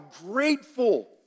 grateful